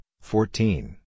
fourteen